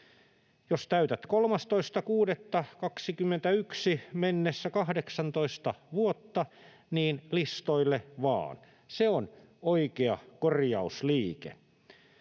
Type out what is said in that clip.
Jos täytät 13.6.21 mennessä 18 vuotta, niin listoille vain — se on oikea korjausliike.